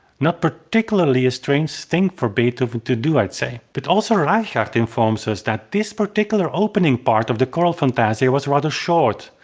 not particularly a strange thing for beethoven to do i'd say. but also reichardt informs us that this particular opening part of the choral fantasia was rather short.